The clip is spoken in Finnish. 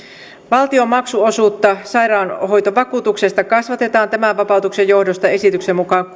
valtion maksuosuutta sairaanhoitovakuutuksesta kasvatetaan tämän vapautuksen johdosta esityksen mukaan